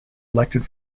elected